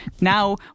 now